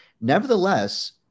Nevertheless